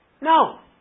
No